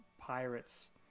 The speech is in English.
pirates